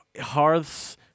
hearths